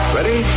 Ready